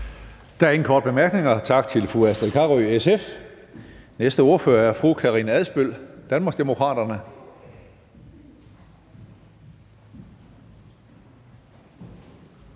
Der er ingen korte bemærkninger, så tak til fru Astrid Carøe, SF. Den næste ordfører er fru Karina Adsbøl, Danmarksdemokraterne.